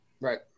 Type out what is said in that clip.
right